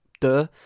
duh